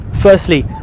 Firstly